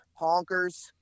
honkers